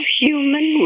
human